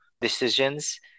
decisions